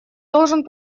должен